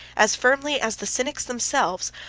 as firmly as the cynics themselves,